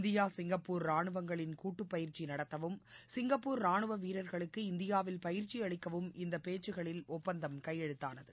India Singapore ரானுவங்களின் கூட்டுப்பயிற்சி நடத்தவும் சிங்கப்பூர் ரானுவ வீரர்களுக்கு இந்தியாவில் பயிற்சி அளிக்கவும் இந்த பேச்சுகளில் ஒப்பந்தம் கையெழுத்தானது